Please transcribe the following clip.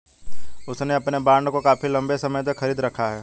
उसने अपने बॉन्ड को काफी लंबे समय से खरीद रखा है